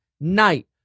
night